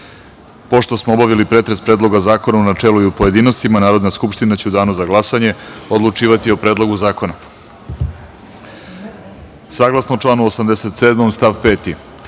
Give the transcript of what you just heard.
smo obavili pretres Predloga zakona u načelu i u pojedinostima, Narodna skupština će u danu za glasanje odlučivati o Predlogu